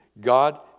God